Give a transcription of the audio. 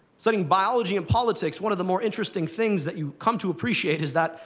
studying biology and politics, one of the more interesting things that you come to appreciate is that,